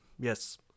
Yes